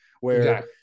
where-